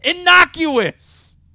innocuous